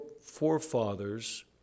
forefathers